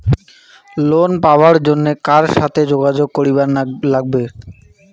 Loan পাবার জন্যে কার সাথে যোগাযোগ করিবার লাগবে?